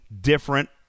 different